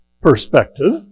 perspective